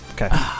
Okay